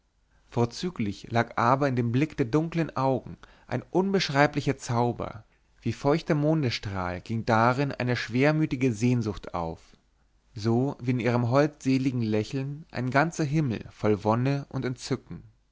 vorzüglich lag aber in dem blick der dunklen augen ein unbeschreiblicher zauber wie feuchter mondesstrahl ging darin eine schwermütige sehnsucht auf so wie in ihrem holdseligen lächeln ein ganzer himmel voll wonne und entzücken